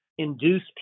Induce